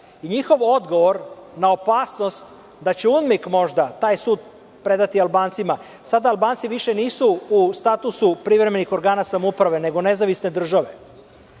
volja i odgovor na opasnost da će UNMIK taj sud predati Albancima. Sada Albanci više nisu u statusu privremenih organa samouprave, nego nezavisne države.